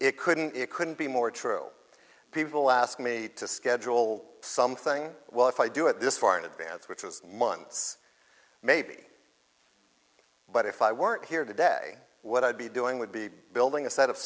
it couldn't it couldn't be more true people ask me to schedule something well if i do it this far in advance which was months maybe but if i weren't here today what i'd be doing would be